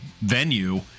venue